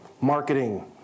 marketing